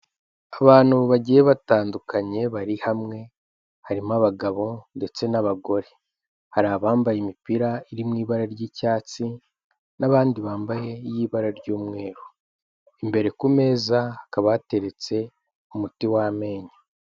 Abantu bagiye batandukanye bari hamwe, harimo abagabo ndetse n'abagore. Hari abambaye imipira iri mu ibara ry'icyatsi n'abandi bambaye iy'ibara ry'umweru. Imbere ku meza, hakaba hateretse umuti w'amenyo.